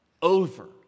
over